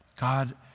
God